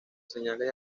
señales